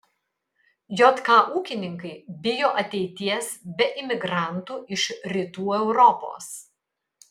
jk ūkininkai bijo ateities be imigrantų iš rytų europos